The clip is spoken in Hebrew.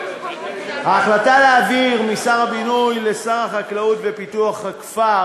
ההחלטה להעביר משר הבינוי לשר החקלאות ופיתוח הכפר